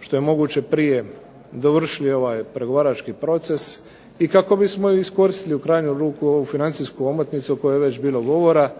što je moguće prije dovršili ovaj pregovarački proces i kako bismo iskoristili u krajnju ruku ovu financijsku omotnicu o kojoj je već bilo govora,